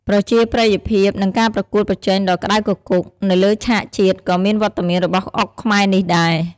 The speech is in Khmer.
ប្រជាប្រិយភាព និងការប្រកួតប្រជែងដ៏ក្ដៅគគុក នៅលើឆាកជាតិ ក៏មានវត្តមានរបស់អុកខ្មែរនេះដែរ។